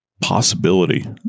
possibility